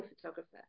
photographer